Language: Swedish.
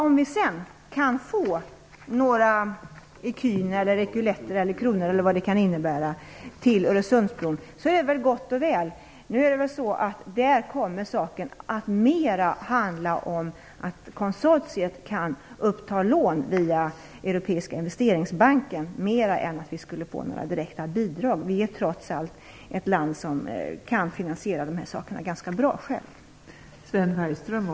Om vi sedan kan få några ecu, eculetter, kronor eller vad det kan innebära till Öresundsbron är väl det gott och väl. I det avseendet kommer saken mer att handla om att konsortiet kan uppta lån via Europeiska investeringsbanken än att vi skulle få några direkta bidrag. Vi är trots allt ett land som kan finansiera de här sakerna ganska bra själva.